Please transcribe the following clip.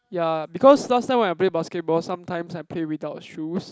ya because last time when I play basketball sometimes I play without shoes